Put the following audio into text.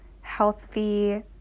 healthy